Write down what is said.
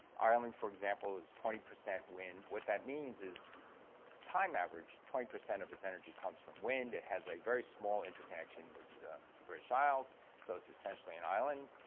ireland, for example, is twenty percent wind. what that means is time average, twenty percent of its energy comes from wind it has a very small interconnection with the british isles so it's essentially an island.